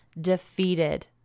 defeated